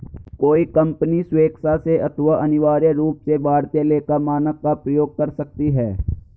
कोई कंपनी स्वेक्षा से अथवा अनिवार्य रूप से भारतीय लेखा मानक का प्रयोग कर सकती है